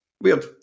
Weird